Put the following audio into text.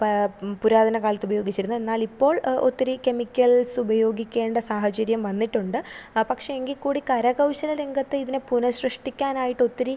പുരാതന കാലത്തുപയോഗിച്ചിരുന്ന എന്നാൽ ഇപ്പോൾ ഒത്തിരി കെമിക്കൽസ് ഉപയോഗിക്കേണ്ട സാഹചര്യം വന്നിട്ടുണ്ട് ആ പക്ഷെ എങ്കിൽക്കൂടി കരകൗശല രംഗത്ത് ഇതിനെ പുനഃസൃഷ്ടിക്കാനായിട്ട് ഒത്തിരി